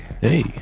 Hey